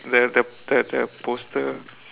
the the the the poster